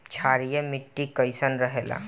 क्षारीय मिट्टी कईसन रहेला?